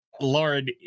Lauren